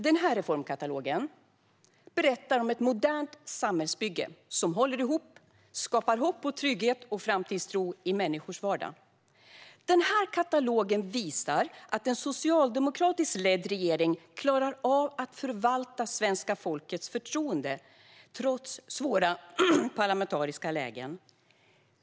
Vår reformkatalog berättar om ett modernt samhällsbygge som håller ihop, skapar hopp, trygghet och framtidstro i människors vardag. Katalogen visar att en socialdemokratiskt ledd regering klarar av att förvalta svenska folkets förtroende - trots svåra parlamentariska lägen.